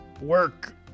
work